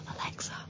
Alexa